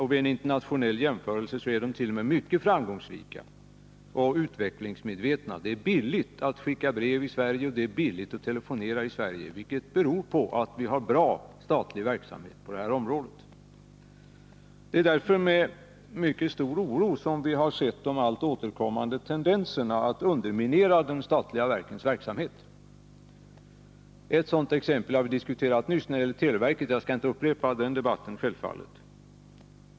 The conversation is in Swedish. Vid en internationell jämförelse visar det sig t.o.m. att de är mycket framgångsrika och utvecklingsmedvetna. Det är billigt att skicka brev i Sverige, och det är billigt att telefonera i Sverige, vilket beror på att vi har bra statlig verksamhet på dessa områden. Det är därför med mycket stor oro som vi har sett de återkommande tendenserna att underminera de statliga verkens verksamhet. Ett sådant exempel har vi diskuterat nyss när det gäller televerket— jag skall självfallet inte upprepa vad som sagts i den debatten.